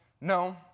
no